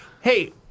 Hey